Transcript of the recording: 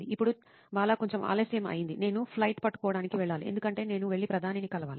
ఇప్పుడు బాలా కొంచెం ఆలస్యం అయింది నేను ఫ్లైట్ పట్టుకోవటానికి వెళ్ళాలి ఎందుకంటే నేను వెళ్లి ప్రధానిని కలవాలి